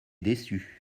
déçus